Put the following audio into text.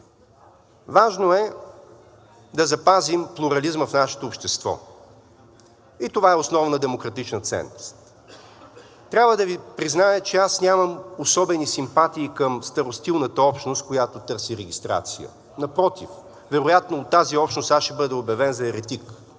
Важно е да запазим плурализма в нашето общество. И това е основната демократична ценност. Трябва да Ви призная, че аз нямам особени симпатии към старостилната общност, която търси регистрация. Напротив, вероятно от тази общност аз ще бъда обявен за еретик,